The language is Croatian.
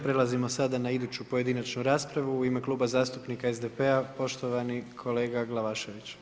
Prelazimo sada na iduću pojedinačnu raspravu, u ime Kluba zastupnika SDP-a poštovani kolega Glavašević.